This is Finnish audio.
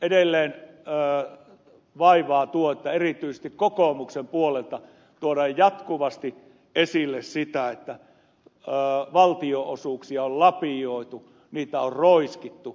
edelleen vaivaa tuo että erityisesti kokoomuksen puolelta tuodaan jatkuvasti esille sitä että valtionosuuksia on lapioitu niitä on roiskittu